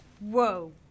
Whoa